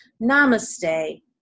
Namaste